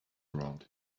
around